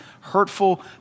hurtful